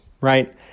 right